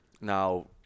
Now